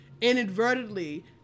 inadvertently